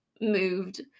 moved